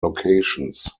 locations